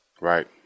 Right